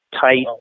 Tight